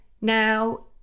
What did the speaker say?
Now